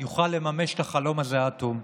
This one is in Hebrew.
יוכל לממש את החלום הזה עד תום.